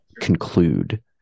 conclude